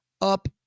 up